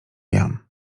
jan